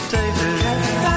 David